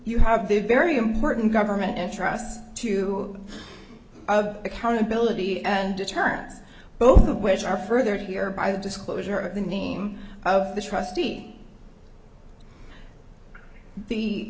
you have the very important government interests two of accountability and deterrence both of which are further here by the disclosure of the name of the trustee